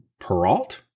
Peralt